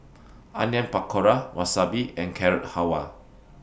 Onion Pakora Wasabi and Carrot Halwa